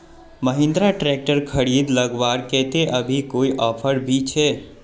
Mahindra tractor खरीद लगवार केते अभी कोई ऑफर भी छे?